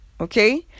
okay